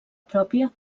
pròpia